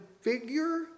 figure